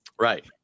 Right